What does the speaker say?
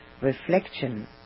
Reflection